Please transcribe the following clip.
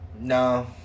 No